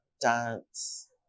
dance